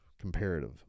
comparative